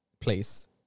place